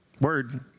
Word